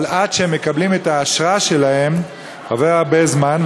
אבל עד שהם מקבלים את האשרה שלהם עובר הרבה זמן,